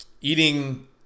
eating